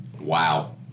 Wow